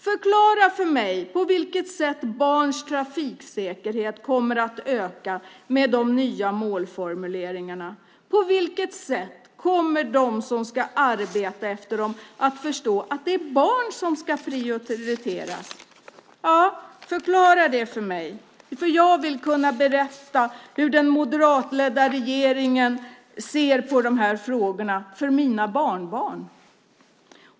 Förklara för mig på vilket sätt barns trafiksäkerhet kommer att öka med de nya målformuleringarna! På vilket sätt kommer de som ska arbeta efter dem att förstå att det är barn som ska prioriteras? Förklara det för mig, för jag vill kunna berätta för mina barnbarn hur den moderatledda regeringen ser på de här frågorna.